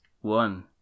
one